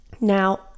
now